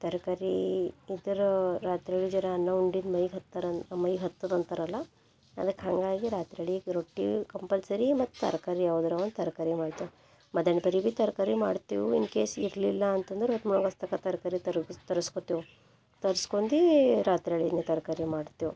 ತರಕಾರಿ ಇತರ ರಾತ್ರಳಿ ಜರಾ ಅನ್ನ ಉಂಡಿದ್ದು ಮೈಗೆ ಹತ್ತರನ್ ಮೈಗೆ ಹತ್ತದ ಅಂತಾರಲ್ಲ ಅದಕ್ಕೆ ಹಾಗಾಗಿ ರಾತ್ರಳೀಗೆ ರೊಟ್ಟಿ ಕಂಪಲ್ಸರಿ ಮತ್ತು ತರಕಾರಿ ಯಾವ್ದರು ಒಂದು ತರಕಾರಿ ಮಾಡ್ತೇವೆ ಮಧ್ಯಾಹ್ನ ಪರಿ ಭೀ ತರಕಾರಿ ಮಾಡ್ತೇವೆ ಇನ್ ಕೇಸ್ ಇರಲಿಲ್ಲ ಅಂತಂದ್ರೆ ತರಕಾರಿ ತರು ತರಸ್ಕೊತೇವೆ ತರ್ಸ್ಕೊಂಡಿ ರಾತ್ರಳಿಂದೆ ತರಕಾರಿ ಮಾಡ್ತೇವೆ